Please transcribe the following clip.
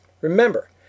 Remember